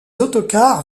autocars